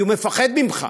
כי הוא מפחד ממך.